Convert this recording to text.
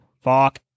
Fuck